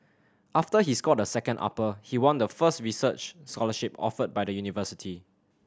after he scored a second upper he won the first research scholarship offered by the university